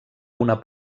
una